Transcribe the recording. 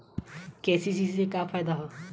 KCC से का फायदा ह?